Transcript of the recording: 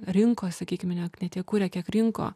rinko sakykim net ne tiek kūrė kiek rinko